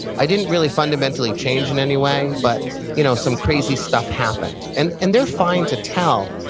i didn't really fundamentally change in any way, but you know some crazy stuff happened. and and they're fine to tell,